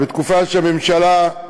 ובתקופה שהממשלה,